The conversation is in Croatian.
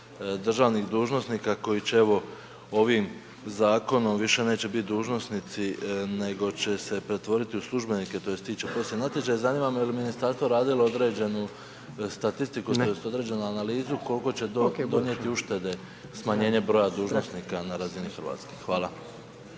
državnih dužnosnika koji će evo ovim zakonom više neće biti dužnosnici nego će se pretvoriti u službenike tj. ići će posebni natječaj zanima me je li ministarstvo radio određenu statistiku odnosno određenu analizu koliko će donijeti uštede smanjenje broja dužnosnika na razini Hrvatske. Hvala.